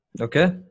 Okay